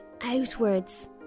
outwards